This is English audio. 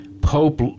Pope